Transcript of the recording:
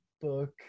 book